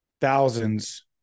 thousands